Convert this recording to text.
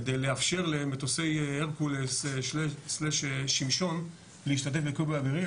כדי לאפשר למטוסי הרקולס/שמשון להשתתף בכיבוי אווירי.